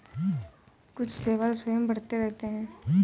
कुछ शैवाल स्वयं बढ़ते रहते हैं